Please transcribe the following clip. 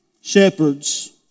shepherds